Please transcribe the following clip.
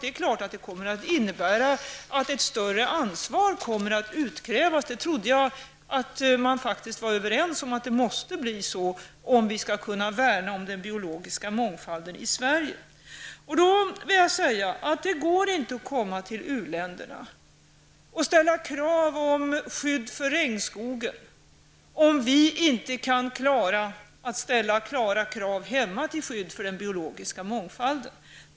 Det är klart att det kommer att innebära att ett större ansvar kommer att utkrävas. Jag trodde att man var överens om att det måste bli så om vi skall kunna värna om den biologiska mångfalden i Sverige. Det går inte att komma till u-länderna och ställa krav på skydd av regnskogen om vi inte kan klara att ställa tydliga krav hemma, till skydd för den biologiska mångfalden.